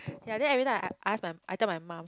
ya then everytime I I ask my I tell my mum